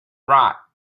rot